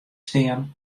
stean